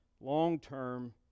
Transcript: long-term